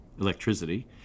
electricity